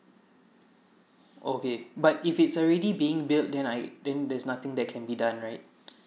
okay but if it's already being built then I then there's nothing that can be done right